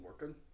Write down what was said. working